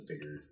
bigger